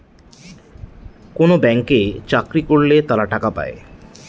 কোনো ব্যাঙ্কে চাকরি করলে তারা টাকা পায়